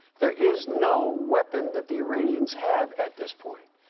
there is no weapon that the iranians have at this point.